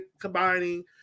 combining